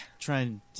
trying